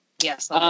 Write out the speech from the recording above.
Yes